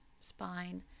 spine